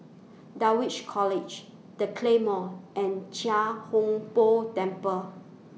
Dulwich College The Claymore and Chia Hung Boo Temple